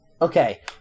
Okay